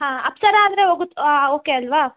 ಹಾಂ ಅಪ್ಸರಾ ಆದರೆ ಹೋಗುತ್ತ ಓಕೆ ಅಲ್ಲವಾ